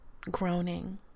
groaning